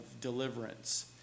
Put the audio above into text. deliverance